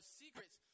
secrets